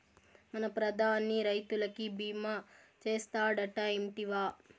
మన ప్రధాని రైతులకి భీమా చేస్తాడటా, ఇంటివా